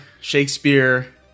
Shakespeare